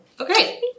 Okay